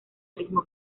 ritmo